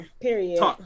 period